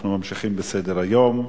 אנחנו ממשיכים בסדר-היום: